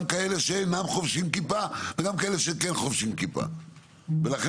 כאלה שאינם חובשים כיפה וגם כאלה שכן חובשים כיפה ולכן